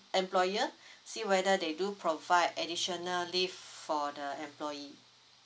employer see whether they do provide additional leave for the employee